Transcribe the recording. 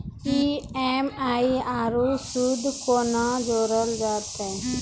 EMI आरू सूद कूना जोड़लऽ जायत ऐछि?